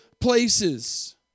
places